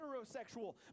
heterosexual